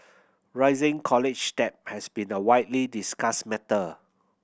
rising college debt has been a widely discussed matter